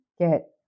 get